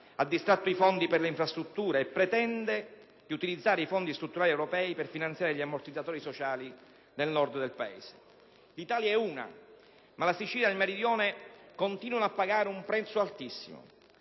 ha distratto i fondi per le infrastrutture e pretende di utilizzare i fondi strutturali europei per finanziare gli ammortizzatori sociali nel Nord del Paese. L'Italia è una, ma la Sicilia ed il Meridione continuano a pagare un prezzo altissimo: